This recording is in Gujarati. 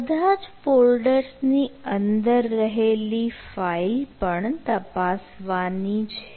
બધા જ ફોલ્ડર્સ ની અંદર રહેલી ફાઈલ પણ તપાસવાની છે